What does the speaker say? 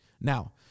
Now